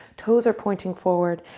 toes are pointing forward.